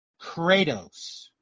Kratos